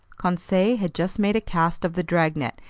conseil had just made a cast of the dragnet,